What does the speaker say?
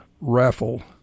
raffle